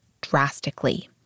drastically